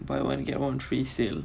buy one get one free sale